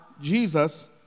Jesus